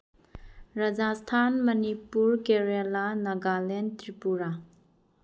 Rajasthan Manipur Kerala Nagaland Tripura